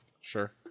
sure